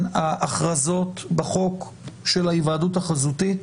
ההכרזות בחוק של ההיוועדות החזותית,